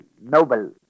noble